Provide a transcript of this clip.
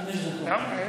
חמש דקות.